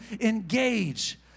engage